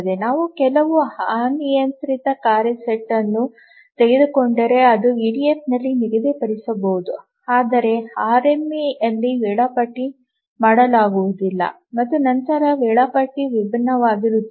ನಾವು ಕೆಲವು ಅನಿಯಂತ್ರಿತ ಕಾರ್ಯ ಸೆಟ್ ಅನ್ನು ತೆಗೆದುಕೊಂಡರೆ ಅದು ಇಡಿಎಫ್ನಲ್ಲಿ ನಿಗದಿಪಡಿಸಬಹುದು ಆದರೆ ಆರ್ಎಂಎಯಲ್ಲಿ ವೇಳಾಪಟ್ಟಿ ಮಾಡಲಾಗುವುದಿಲ್ಲ ಮತ್ತು ನಂತರ ವೇಳಾಪಟ್ಟಿ ವಿಭಿನ್ನವಾಗಿರುತ್ತದೆ